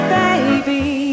baby